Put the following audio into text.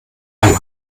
ein